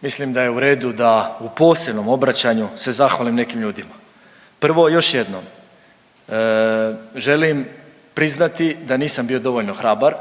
Mislim da je u redu da u posebnom obraćanju se zahvalim nekim ljudima. Prvo još jednom želim priznati da nisam bio dovoljno hrabar